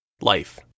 Life